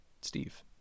Steve